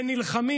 ונלחמים,